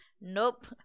nope